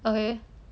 okay